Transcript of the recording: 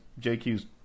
JQ's